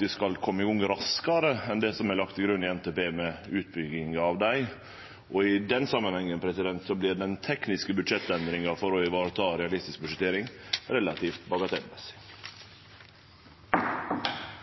vi skal kome raskare i gang med utbygginga av dei enn det som er lagt til grunn i NTP. I den samanhengen vert den tekniske budsjettendringa for å ivareta realistisk budsjettering relativt bagatellmessig.